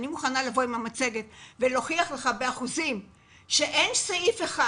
אני מוכנה לבוא עם המצגת ולהוכיח לך באחוזים שאין סעיף אחד